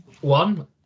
one